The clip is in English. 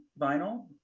vinyl